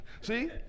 See